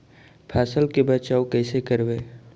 फसल के बचाब कैसे करबय?